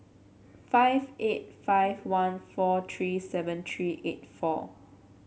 five eight five one four three seven three eight four